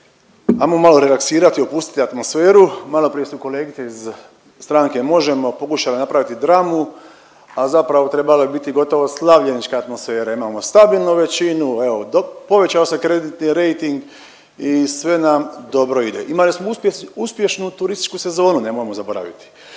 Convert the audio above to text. ajmo malo relaksirati i opustiti atmosferu. Maloprije su kolegice iz stranke Možemo! pokušale napraviti dramu, a zapravo, trebalo je biti gotovo slavljenička atmosfera, imamo stabilnu većinu, evo, povećao se kreditni rejting i sve nam dobro ide. Imali smo uspješnu turističku sezonu, nemojmo zaboraviti.